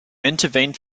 intervene